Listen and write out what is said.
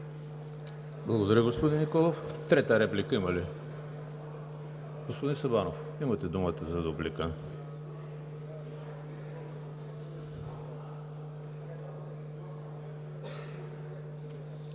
Благодаря, господин Николов. Трета реплика има ли? Не виждам. Господин Сабанов, имате думата за дуплика?